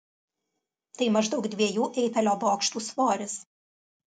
tai maždaug dviejų eifelio bokštų svoris